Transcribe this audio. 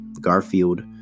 Garfield